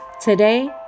Today